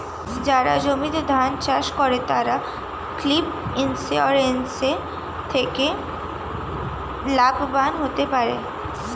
যারা জমিতে ধান চাষ করে তারা ক্রপ ইন্সুরেন্স থেকে লাভবান হতে পারে